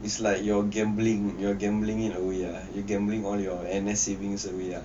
it's like you're gambling you're gambling it away ah you gambling all your N_S savings away ah